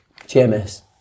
GMS